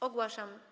Ogłaszam